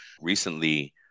recently